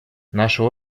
наше